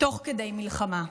תוך כדי מלחמה.